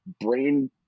brain